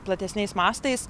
platesniais mastais